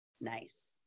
Nice